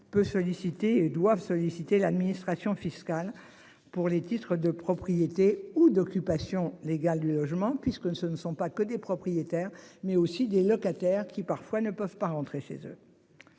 peut solliciter et doivent solliciter l'administration fiscale pour les titres de propriété ou d'occupation légale logement puisque ce ne sont pas que des propriétaires, mais aussi des locataires qui parfois ne peuvent pas rentrer chez eux.